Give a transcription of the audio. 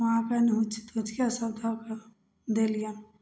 वहाँपर निहुँछि तिहुँछिके सभ धऽ कऽ देलिअनि